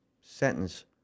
sentence